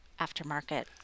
aftermarket